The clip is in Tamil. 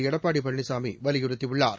எடப்பாடி பழனிசாமி வலியுறுத்தியுள்ளார்